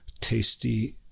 Tasty